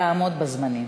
תעמוד בזמנים.